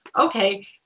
Okay